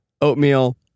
Oatmeal